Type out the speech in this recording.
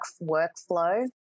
workflow